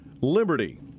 liberty